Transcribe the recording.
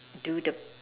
do the